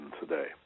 today